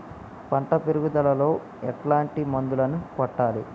పంట పెరుగుదలలో ఎట్లాంటి మందులను కొట్టాలి?